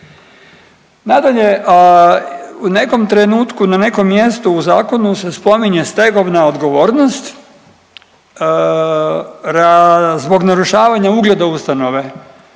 Nadalje, u nekom trenutku na nekom mjestu u zakonu se spominje stegovna odgovornost zbog narušavanja ugleda ustanove.